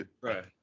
right